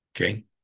Okay